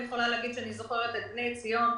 שמדובר בבני ציון,